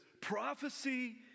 prophecy